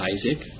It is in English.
Isaac